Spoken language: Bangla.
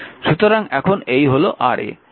সুতরাং এখন এই হল Ra